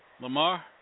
Lamar